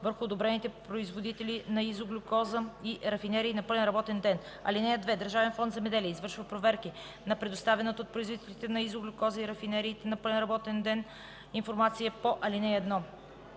върху одобрените производители на изоглюкоза и рафинерии на пълен работен ден. (2) Държавен фонд „Земеделие” извършва проверки на предоставената от производителите на изоглюкоза и рафинериите на пълен работен ден информация по ал. 1.